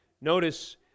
Notice